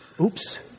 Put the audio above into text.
oops